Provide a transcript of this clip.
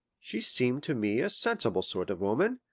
she seemed to me a sensible sort of woman,